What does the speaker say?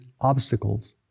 obstacles